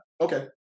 Okay